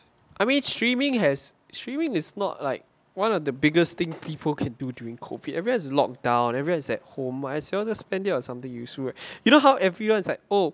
I mean streaming has streaming is not like one of the biggest thing people can do during COVID everyone is locked down everyone is at home might as well spend it on something useful you know how everyone's like oh